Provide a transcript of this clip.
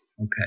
Okay